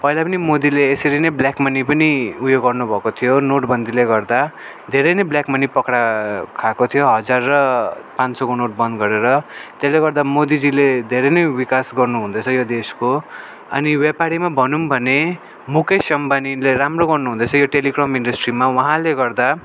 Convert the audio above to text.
पहिला पनि मोदीले यसरी नै ब्ल्याक मनी पनि उयो गर्नु भएको थियो नोटबन्दीले गर्दा धेरै नै ब्ल्याक मनी पकडा खाएको थियो हजार र पाँच सौको नोट बन्द गरेर त्यसले गर्दा मोदीजीले धेरै नै विकास गर्नु हुँदैछ यो देशको अनि व्यापारीमा भनौँ भने मुकेश अम्बानीले राम्रो गर्नु हुँदैछ यो टेलिकम इन्डस्ट्रीमा उहाँले गर्दा